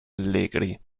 allegri